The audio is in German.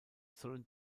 sollen